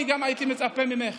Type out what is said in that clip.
אני גם הייתי מצפה ממך